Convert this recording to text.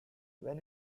when